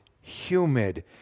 humid